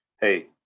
hey